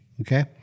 Okay